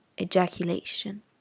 ejaculation